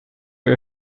are